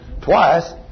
Twice